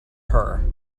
her